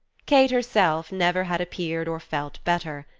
kate, herself, never had appeared or felt better.